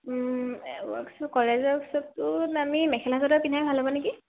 workshop কলেজৰ ওচৰতটো আমি মেখেলা চাদৰ পিন্ধাই ভাল হ'ব নেকি